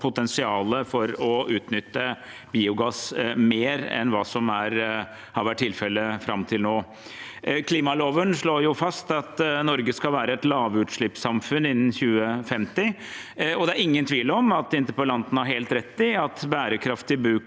potensialet for å utnytte biogass mer enn hva som har vært tilfellet fram til nå. Klimaloven slår fast at Norge skal være et lavutslippssamfunn innen 2050. Det er ingen tvil om at interpellanten har helt rett i at bærekraftig bruk